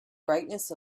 brightness